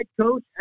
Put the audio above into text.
coach